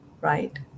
right